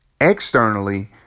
externally